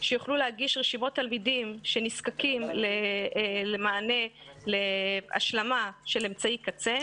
שיוכלו להגיש רשימות תלמידים שנזקקים למענה להשלמה של אמצי קצה.